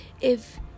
If-